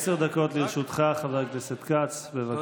עשר דקות לרשותך, חבר הכנסת כץ, בבקשה.